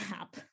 app